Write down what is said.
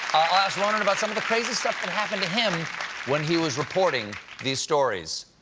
i'll ask ronan about some of the crazy stuff that happened to him when he was reporting these stories.